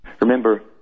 Remember